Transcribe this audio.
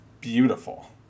beautiful